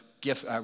gift